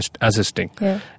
assisting